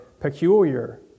peculiar